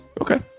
Okay